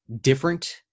different